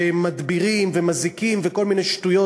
ומדבירים ומזיקים וכל מיני שטויות,